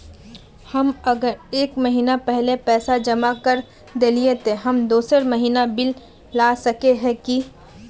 हम अगर एक महीना पहले पैसा जमा कर देलिये ते हम दोसर महीना बिल ला सके है की?